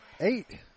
eight